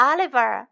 Oliver